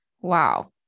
Wow